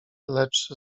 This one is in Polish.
lecz